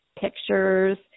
pictures